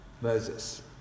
Moses